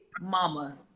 Mama